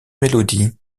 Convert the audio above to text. mélodies